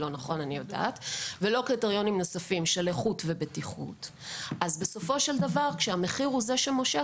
של איכות ובטיחות אז בסופו של דבר כשהמחיר הוא שמושך,